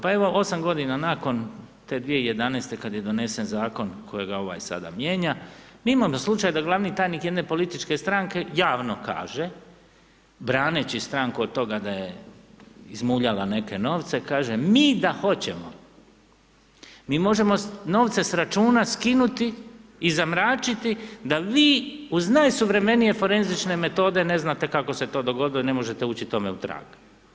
Pa evo 8 godina nakon te 2011. kada je donesen Zakon kojega ovaj sada mijenja, mi imamo slučaj da glavni tajnike jedne političke stranke javno kaže braneći stranku od toga da je izmuljala neke novce kaže mi da hoćemo mi možemo novce s računa skinuti i zamračiti da vi uz najsuvremenije forenzične metode ne znate kako se to dogodilo jer ne možete ući tome u trag.